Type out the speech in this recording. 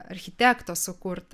architekto sukurtą